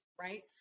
right